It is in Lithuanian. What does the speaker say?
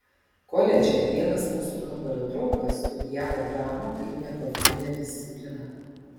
koledže vienas mūsų kambario draugas studijavo dramą kaip neprofilinę discipliną